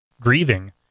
grieving